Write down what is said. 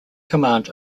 command